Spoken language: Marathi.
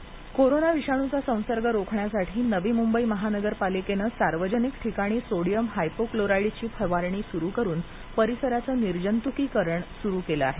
नवी मंबई कोरोना विषाणूचा संसर्ग रोखण्यासाठी नवी मुंबई महानगरपालिकेने सार्वजनिक ठिकाणी सोडियम हायपोक्लोराईडची फवारणी सुरू करून परिसराचं निर्जंतुकीकरण सुरू केलं आहे